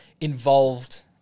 involved